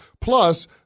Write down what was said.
Plus